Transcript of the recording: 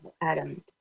Adam